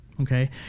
okay